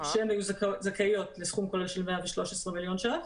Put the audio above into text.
שהיו זכאיות לסכום כולל של 113 מיליון שקלים.